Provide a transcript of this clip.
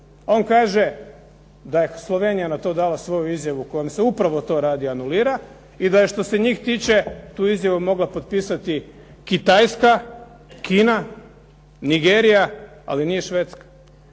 On kaže da je Slovenija na to dala svoju izjavu, kojom se upravo to radi anulira, i da je što se njih tiče tu izjavu mogla potpisati Kitajska, Kina, Nigerija, ali nije Švedska.